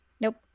Nope